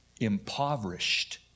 impoverished